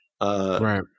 right